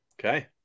Okay